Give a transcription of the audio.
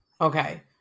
Okay